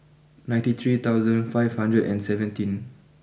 ninety three thousand five hundred and seventeen